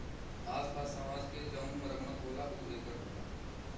आस पास समाज के जउन मरम्मत होला ऊ ए कर होला